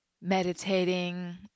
meditating